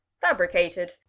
Fabricated